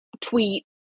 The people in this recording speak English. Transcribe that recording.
tweet